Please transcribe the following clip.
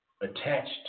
attached